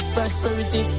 Prosperity